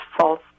false